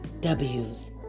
Ws